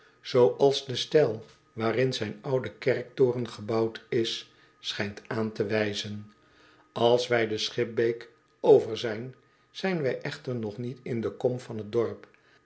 de stijl waarin zijn oude kerktoren gebouwd is schijnt aan te wijzen als wij de schipbeek over zijn zijn wij echter nog niet in de kom van het dorp